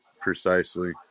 precisely